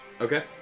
Okay